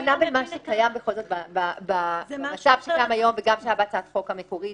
ההבחנה בין המצב שקיים היום ושהיה בהצעת החוק המקורית,